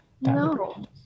no